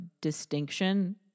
distinction